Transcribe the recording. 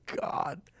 God